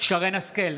שרן מרים השכל,